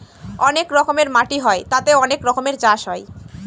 অনেক রকমের মাটি হয় তাতে অনেক রকমের চাষ হয়